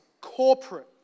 corporate